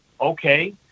okay